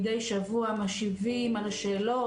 מדי שבוע משיבים על השאלות,